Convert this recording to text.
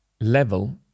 level